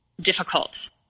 difficult